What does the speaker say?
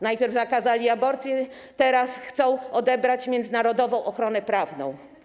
Najpierw zakazali aborcji, teraz chcą odebrać międzynarodową ochronę prawną.